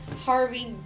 Harvey